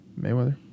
Mayweather